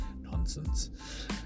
nonsense